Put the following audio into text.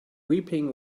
weeping